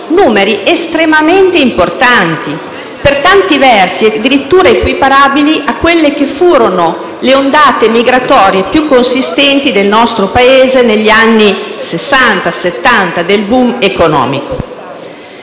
numeri estremamente importanti, per tanti versi addirittura equiparabili a quelle che furono le ondate migratorie più consistenti del nostro Paese negli anni Sessanta-Settanta, del *boom* economico.